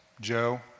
Joe